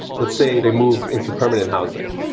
let's say they move into permanent housing,